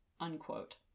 Unquote